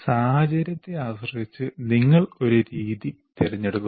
സാഹചര്യത്തെ ആശ്രയിച്ച് നിങ്ങൾ ഒരു രീതി തിരഞ്ഞെടുക്കുന്നു